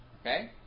Okay